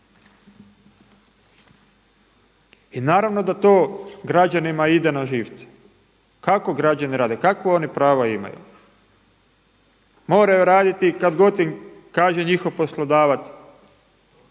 I naravno da to građanima ide na živce. Kako građani rade? Kakva oni prava imaju? Moraju raditi kada god im kaže njihov poslodavac